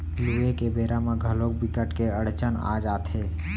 लूए के बेरा म घलोक बिकट के अड़चन आ जाथे